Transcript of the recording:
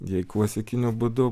jei klasikiniu būdu